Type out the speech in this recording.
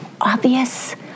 obvious